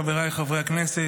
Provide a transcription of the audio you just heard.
חבריי חברי הכנסת,